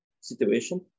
situation